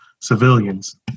civilians